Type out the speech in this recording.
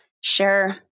sure